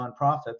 nonprofits